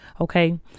Okay